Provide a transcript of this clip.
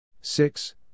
six